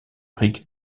rick